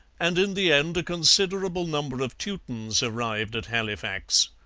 and in the end a considerable number of teutons arrived at halifax.